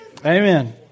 Amen